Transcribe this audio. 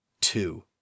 Two